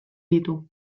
ditu